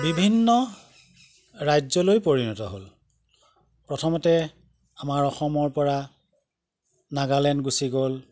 বিভিন্ন ৰাজ্যলৈ পৰিণত হ'ল প্ৰথমতে আমাৰ অসমৰ পৰা নাগালেণ্ড গুচি গ'ল